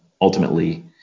ultimately